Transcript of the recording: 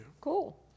Cool